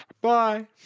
Bye